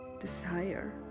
desire